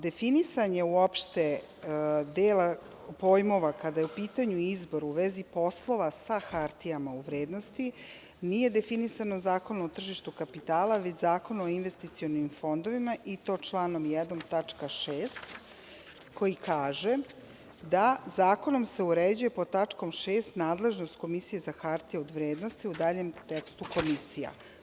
Definisanje uopšte dela pojmova kada je u pitanju izbor u vezi poslova sa hartijama od vrednosti, nije definisano Zakonom o tržištu kapitala, već Zakonom o investicionim fondovima i to članom 1. tačka 6. koji kaže da – zakonom se uređuje pod tačkom 6. nadležnost Komisije za hartije od vrednosti u daljem tekstu Komisija.